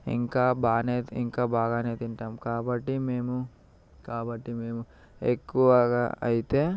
ఇంకా బానే ఇంకా బాగానే తింటాం కాబట్టి మేము కాబట్టి మేము ఎక్కువగా అయితే